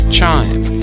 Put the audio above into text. chime